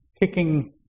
kicking